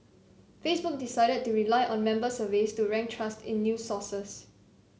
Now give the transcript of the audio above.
Facebook decided to rely on member surveys to rank trust in news sources